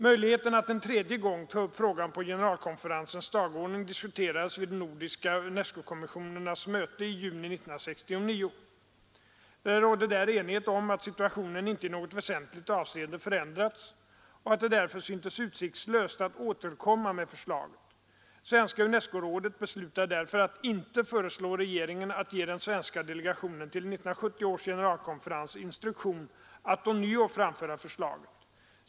Möjligheten att en tredje gång ta upp frågan på generalkonferensens dagordning diskuterades vid de nordiska UNESCO-kommissionernas möte i juni 1969. Det rådde där enighet om att situationen inte i något väsentligt avseende förändrats och att det därför syntes utsiktslöst att återkomma med förslaget. Svenska UNESCO-rådet beslutade därför att inte föreslå regeringen att ge den svenska delegationen till 1970 års generalkonferens instruktion att ånyo framföra förslaget.